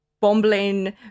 bumbling